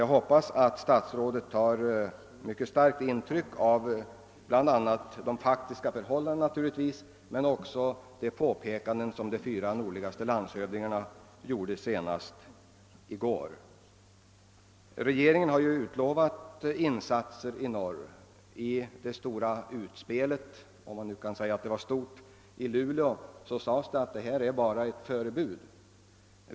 Jag hoppas att statsrådet tar mycket starkt intryck av de faktiska förhållandena men också av de påpekanden som landshövdingarna för de fyra nordligaste länen gjorde senast i går. Regeringen utlovade som bekant insatser i norr i samband med utspelet i Luleå. Då sades att detta bara var ett förebud.